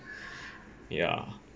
ya